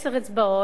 שבעשר אצבעות,